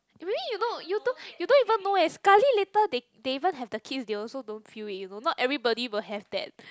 maybe you know you don't you don't even know eh sekali later they they even have the kids they also don't feel it you know not everybody will have that